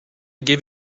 give